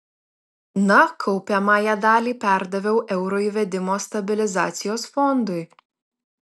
na kaupiamąją dalį perdaviau euro įvedimo stabilizacijos fondui